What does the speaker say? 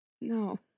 No